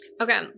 Okay